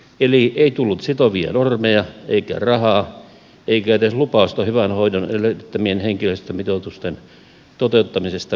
eli ei tullut sitovia normeja eikä rahaa eikä edes lupausta hyvän hoidon edellyttämien henkilöstömitoitusten toteuttamisesta myöhemminkään